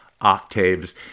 octaves